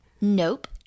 Nope